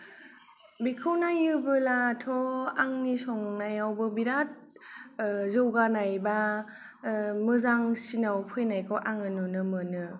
बेखौ नायोबोलाथ'आंनि संनायावबो बिराद ओ जौगानाय बा ओ मोजांसिनाव फैनायखौ आंङो नुनो मोनो